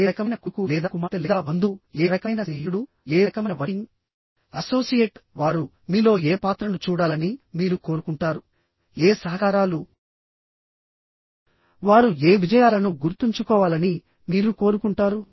ఏ రకమైన కొడుకు లేదా కుమార్తె లేదా బంధువు ఏ రకమైన స్నేహితుడు ఏ రకమైన వర్కింగ్ అసోసియేట్ వారు మీలో ఏ పాత్రను చూడాలని మీరు కోరుకుంటారు ఏ సహకారాలు వారు ఏ విజయాలను గుర్తుంచుకోవాలని మీరు కోరుకుంటారు